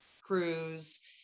cruise